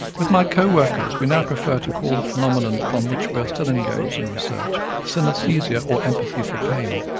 with my co-workers we now prefer to call the phenomenon upon which we are still engaged in research synaesthesia, or empathy for pain'.